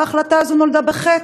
ההחלטה הזאת נולדה בחטא,